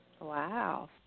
Wow